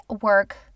work